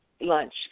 lunch